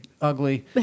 ugly